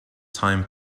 time